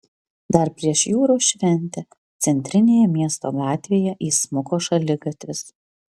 dar prieš jūros šventę centrinėje miesto gatvėje įsmuko šaligatvis